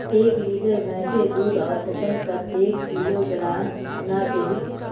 एक लीटर भैंसेर दूध औसतन कतेक किलोग्होराम ना चही?